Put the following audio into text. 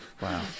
Wow